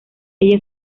ella